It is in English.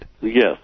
Yes